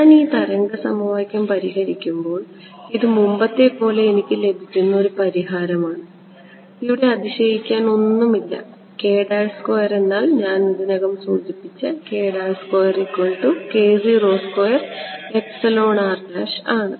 ഞാൻ ഈ തരംഗ സമവാക്യം പരിഹരിക്കുമ്പോൾ ഇത് മുമ്പത്തെപ്പോലെ എനിക്ക് ലഭിക്കുന്ന ഒരു പരിഹാരമാണ് ഇവിടെ അതിശയിക്കാൻ ഒന്നും തന്നെ ഇല്ല എന്നാൽ ഞാൻ ഇതിനകം സൂചിപ്പിച്ച ആണ്